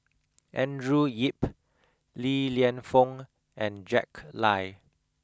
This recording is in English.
Andrew Yip Li Lienfung and Jack Lai